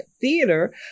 Theater